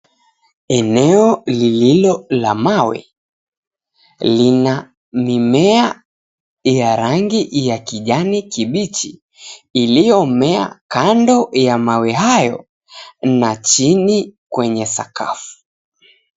Eneo lililo la mawe lina mimea ya rangi ya kijani kibichi iliomea kando ya mawe hayo na chini kwenye sakafu.